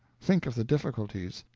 think of the difficulties!